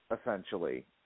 essentially